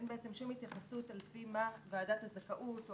אין בעצם שום התייחסות על פי מה ועדת הזכאות או